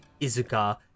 Izuka